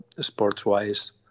sports-wise